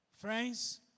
Friends